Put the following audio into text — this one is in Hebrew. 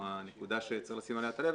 או הנקודה שצריך לשים עליה את הלב,